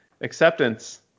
acceptance